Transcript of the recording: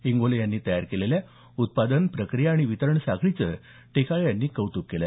इंगोले यांनी तयार केलेल्या उत्पादन प्रक्रिया आणि वितरण साखळीचं टेकाळे यांनी कौतुक केलं